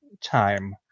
time